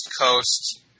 Coast